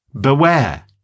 Beware